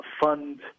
fund